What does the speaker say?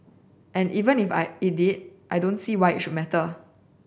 and even if I it did I don't see why it should matter